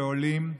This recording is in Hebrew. בעולים,